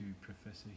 Professor